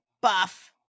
buff